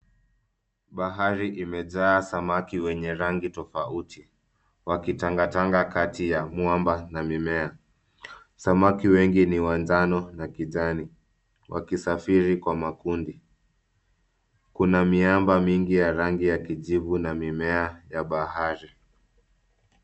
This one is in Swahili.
Bahari imejaa samaki wenye rangi tofauti, wakitangatanga kati ya mwamba na mimea. Samaki wengi ni wa njano na kijani, wakisafiri kwa makundi. Kuna miamba mingi ya rangi ya kijivu na mimea ya bahari.